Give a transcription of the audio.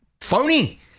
Phony